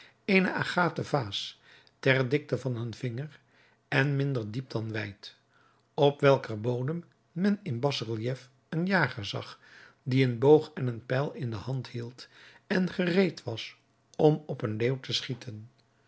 eene agaten vaas ter dikte van een vinger en minder diep dan wijd op welker bodem men in bas-relief een jager zag die een boog en een pijl in de hand hield en gereed was om op een leeuw te schieten